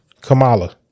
Kamala